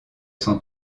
sont